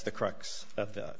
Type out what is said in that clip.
the crux of the